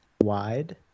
wide